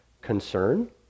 concern